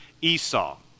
Esau